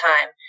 time